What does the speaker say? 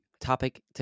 topic